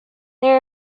there